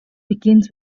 begins